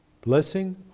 blessing